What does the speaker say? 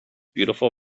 beautiful